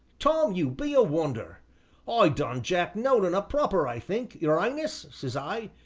tom, you be a wonder i done jack nolan up proper i think, your ighness, says i.